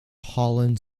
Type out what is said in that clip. holland